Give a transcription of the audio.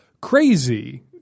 crazy –